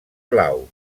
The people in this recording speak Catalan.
blaus